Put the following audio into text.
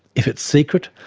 if it's secret,